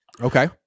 Okay